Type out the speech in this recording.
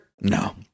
No